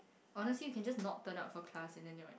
honestly you can just not turn up for class and then your